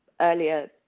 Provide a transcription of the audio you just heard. earlier